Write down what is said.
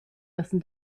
dessen